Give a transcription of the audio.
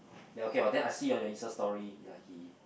ya okay then I see your Insta story ya he